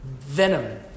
venom